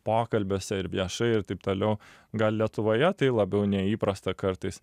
pokalbiuose ir viešai ir taip toliau gal lietuvoje tai labiau neįprasta kartais